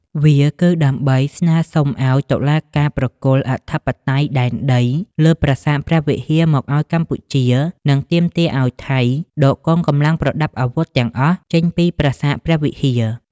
វាគឺដើម្បីស្នើសុំឱ្យតុលាការប្រគល់អធិបតេយ្យដែនដីលើប្រាសាទព្រះវិហារមកឱ្យកម្ពុជា និងទាមទារឱ្យថៃដកកងកម្លាំងប្រដាប់អាវុធទាំងអស់ចេញពីប្រាសាទព្រះវិហារ។